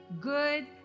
good